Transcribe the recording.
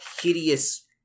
hideous